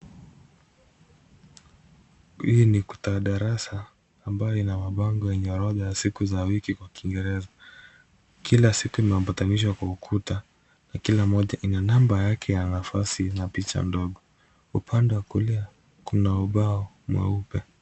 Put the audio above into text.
Hii ni kuta ya darasa ambayo ina mabango yenye orodha ya siku za wiki kwa kiingereza. Kila siku imeambatanishwa kwa ukuta na kila moja ina namba yake ya nafasi na picha ndogo. Upande wa kulia kuna ubao mweupe.